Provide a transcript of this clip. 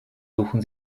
suchen